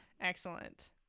Excellent